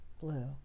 blue